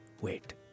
Wait